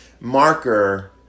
marker